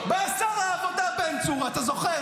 בא שר העבודה בן צור, אתה זוכר?